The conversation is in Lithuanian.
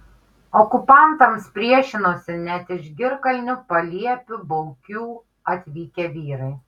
okupantams priešinosi net iš girkalnio paliepių baukių atvykę vyrai